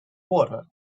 water